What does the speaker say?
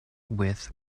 with